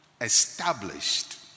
established